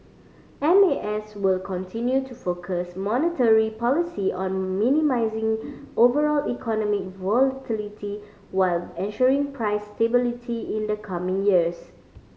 M A S will continue to focus monetary policy on minimising overall economic volatility while ensuring price stability in the coming years